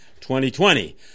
2020